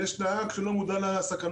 יש נהג שלא מודע לסכנות.